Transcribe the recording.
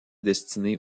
destiné